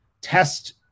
test